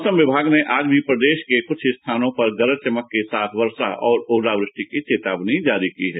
मौसम विभाग ने आज भी प्रदेश के कुछ स्थानों पर वर्षा गरज चमक के साथ वर्षा और ओलावृष्टि की चेतावनी जारी की है